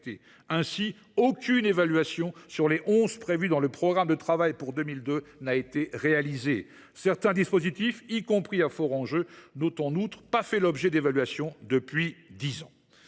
Ainsi, aucune évaluation sur les onze prévues dans le programme de travail pour 2022 n’a été réalisée. Certains dispositifs, y compris à fort enjeu, n’ont en outre pas fait l’objet d’évaluation depuis dix ans.